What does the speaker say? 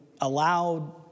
allowed